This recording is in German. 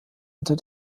unter